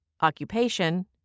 occupation